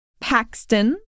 Paxton